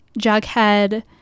jughead